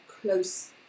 close